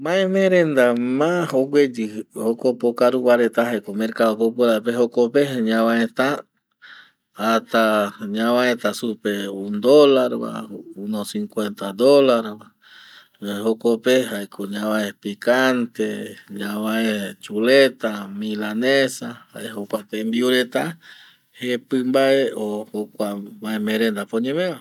Mae me renda ma ogueyi va reta jae mercado popora ve jokope ñavaeta hasta supe un dólar va uno cincuenta dólar jokope jaeko ñavae picante ñavae chuleta milanesa jae jokua tembiu reta jepi mbae o jae jokua tembiurenda pe oñeme va